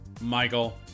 Michael